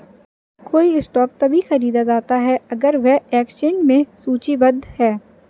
कोई स्टॉक तभी खरीदा जाता है अगर वह एक्सचेंज में सूचीबद्ध है